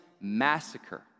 massacre